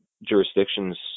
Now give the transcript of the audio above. Jurisdictions